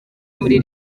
muri